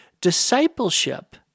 Discipleship